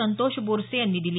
संतोष बोरसे यांनी दिली